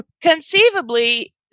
conceivably